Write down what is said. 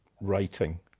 writing